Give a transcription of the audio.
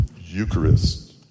Eucharist